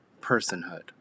personhood